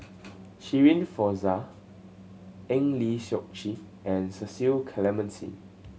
Shirin Fozdar Eng Lee Seok Chee and Cecil Clementi